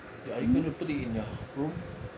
you are you going to put it in your room